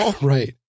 Right